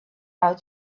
out